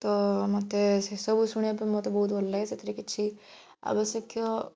ତ ମୋତେ ସେସବୁ ଶୁଣିବା ପାଇଁ ମୋତେ ବହୁତ ଭଲ ଲାଗେ ସେଥିରେ କିଛି ଆବଶ୍ୟକୀୟ